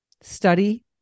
study